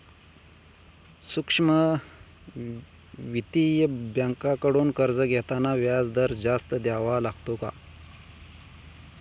सूक्ष्म वित्तीय बँकांकडून कर्ज घेताना व्याजदर जास्त द्यावा लागतो का?